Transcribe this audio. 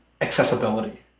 accessibility